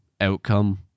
outcome